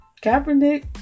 Kaepernick